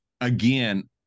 again